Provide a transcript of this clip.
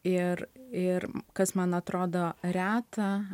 ir ir kas man atrodo reta